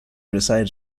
resides